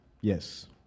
Yes